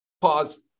pause